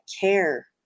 care